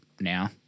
now